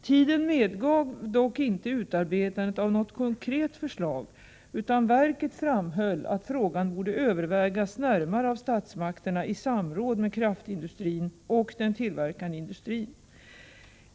Tiden medgav dock inte utarbetandet av något konkret förslag, utan verket framhöll att frågan borde övervägas närmare av statsmakterna i samråd med kraftindustrin och den tillverkande industrin.